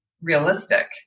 realistic